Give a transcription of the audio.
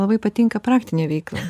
labai patinka praktinė veikla